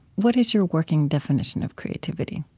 what is your working definition of creativity?